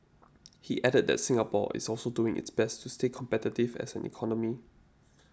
he added that Singapore is also doing its best to stay competitive as an economy